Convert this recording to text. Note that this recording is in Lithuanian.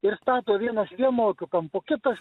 ir stato vienas vienokiu kampu kitas